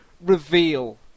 reveal